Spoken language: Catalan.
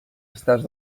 estats